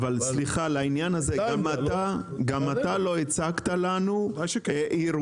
אבל סליחה לעניין הזה גם אתה גם אתה לא הצגת לנו אירועים,